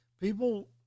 people